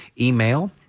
email